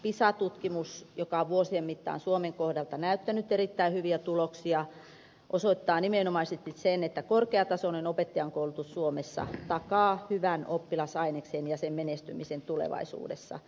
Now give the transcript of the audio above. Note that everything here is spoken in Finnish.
pisa tutkimus joka on vuosien mittaan suomen kohdalta näyttänyt erittäin hyviä tuloksia osoittaa nimenomaisesti sen että korkeatasoinen opettajankoulutus suomessa takaa hyvän oppilasaineksen ja sen menestymisen tulevaisuudessa